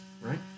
right